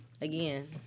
again